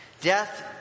Death